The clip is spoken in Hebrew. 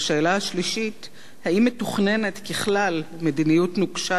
3. האם מתוכננת ככלל מדיניות נוקשה